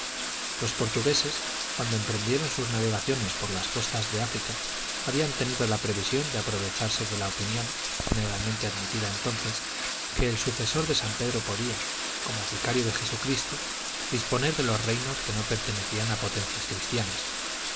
los portugueses cuando emprendieron sus navegaciones por las costas de áfrica habían tenido la previsión de aprovecharse de la opinión generalmente admitida entonces que el sucesor de san pedro podía como vicario de jesucristo disponer de los reinos que no pertenecían a potencias cristianas